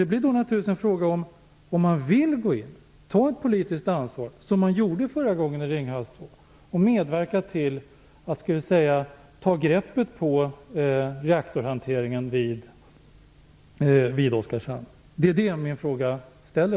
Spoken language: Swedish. Det blir då naturligtvis en fråga om man vill ta ett politiskt ansvar, som man gjorde när det gällde Ringhals 2, och medverka till att ta greppet på reaktorhanteringen vid Oskarshamn 1. Det är det min fråga gäller.